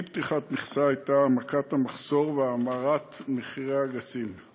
בשנת 2015 אכן היה מחסור באגסים מגידול מקומי.